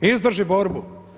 Izdrži borbu.